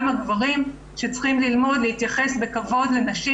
הגברים שצריכים להתחיל ללמוד להתייחס בכבוד לנשים,